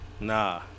Nah